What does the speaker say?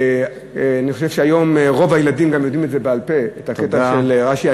אני חושב שהיום רוב הילדים יודעים בעל-פה את הקטע הזה של רש"י.